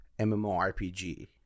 MMORPG